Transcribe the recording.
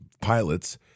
pilots